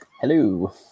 Hello